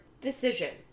decision